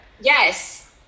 yes